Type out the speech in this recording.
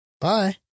Bye